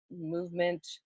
movement